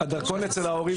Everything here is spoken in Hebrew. הדרכון אצל ההורים.